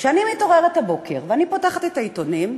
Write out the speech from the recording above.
כשאני מתעוררת הבוקר, ואני פותחת את העיתונים,